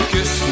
Kiss